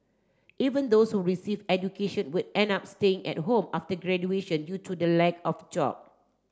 even those who received education would end up staying at home after graduation due to the lack of job